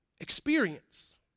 Experience